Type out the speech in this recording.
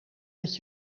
met